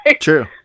True